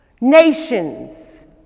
Nations